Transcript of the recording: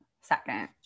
second